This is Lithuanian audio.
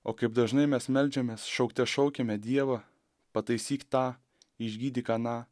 o kaip dažnai mes meldžiamės šaukte šaukiame dievo pataisyk tą išgydyk aną